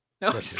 No